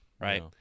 Right